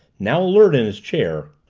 now alert in his chair,